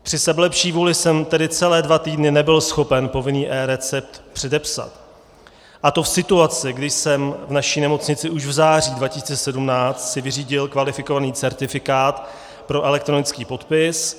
Při sebelepší vůli jsem tedy celé dva týdny nebyl schopen povinný eRecept předepsat, a to v situaci, kdy jsem si v naší nemocnici už v září 2017 vyřídil kvalifikovaný certifikát pro elektronický podpis.